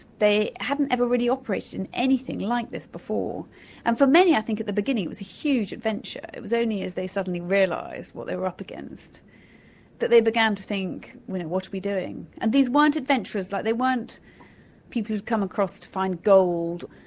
they hadn't ever really operated in anything like this before and for many i think at the beginning it was a huge adventure. it was only as they suddenly realised what they were up against that they began to think, you know, what are we doing. and these weren't adventurers, like they weren't people who'd come across to find gold,